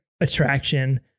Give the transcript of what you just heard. attraction